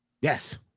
Yes